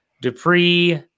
Dupree